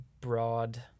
broad